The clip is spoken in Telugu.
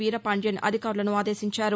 వీరపాండియన్ అధికారులను ఆదేశించారు